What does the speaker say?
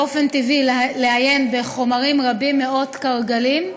באופן טבעי, לעיין בחומרים רבים, מאות "קרגלים".